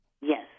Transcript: Yes